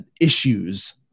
issues